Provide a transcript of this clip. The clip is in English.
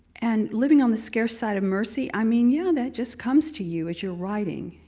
and living on the scarce side of mercy, i mean, yeah, that just comes to you as you're writing.